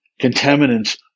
contaminants